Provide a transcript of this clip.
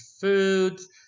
foods